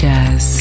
Jazz